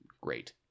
great